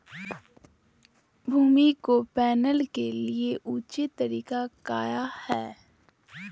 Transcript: भूमि को मैपल के लिए ऊंचे तरीका काया है?